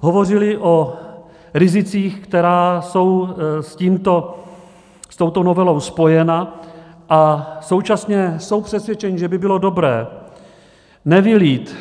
Hovořili o rizicích, která jsou s touto novelou spojena, a současně jsou přesvědčeni, že by bylo dobré nevylít